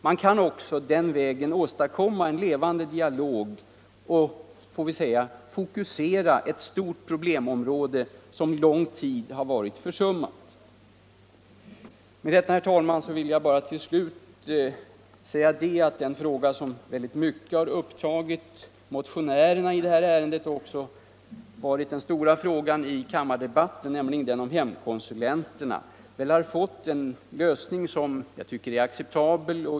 Man kan också den vägen åstadkomma en levande dialog och fokusera ett stort problemområde, som under lång tid har varit försummat. Herr talman, jag vill bara till slut säga att den fråga som mycket har upptagit motionärerna i detta ärende och också varit den stora frågan i kammardebatten, nämligen den om hemkonsulenterna, har fått en lösning som jag tycker är acceptabel.